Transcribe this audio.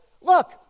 look